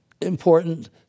important